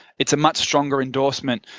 it's a much stronger endorsement.